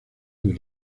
del